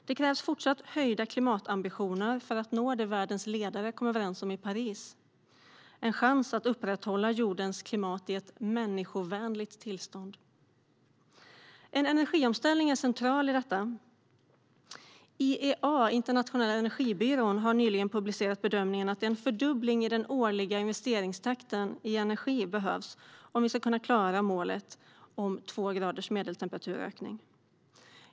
Det krävs fortsatt höjda klimatambitioner för att nå det världens ledare kom överens om i Paris - en chans att upprätthålla jordens klimat i ett människovänligt tillstånd. En energiomställning är central i detta. Internationella energibyrån IEA har nyligen publicerat bedömningen att en fördubbling av de årliga genomsnittliga investeringarna i energiteknik behövs för att vi ska kunna klara målet om två graders medeltemperaturökning.